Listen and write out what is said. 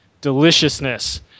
deliciousness